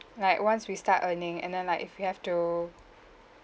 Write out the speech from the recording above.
like once we start earning and then like if we have to